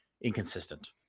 inconsistent